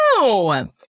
No